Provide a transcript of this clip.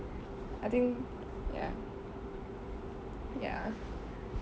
I think ya ya